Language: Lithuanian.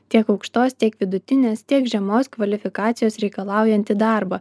tiek aukštos tiek vidutinės tiek žemos kvalifikacijos reikalaujantį darbą